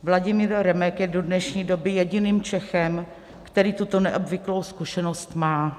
Vladimír Remek je do dnešní doby jediným Čechem, který tuto neobvyklou zkušenost má.